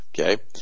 Okay